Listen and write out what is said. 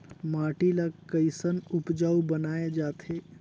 माटी ला कैसन उपजाऊ बनाय जाथे?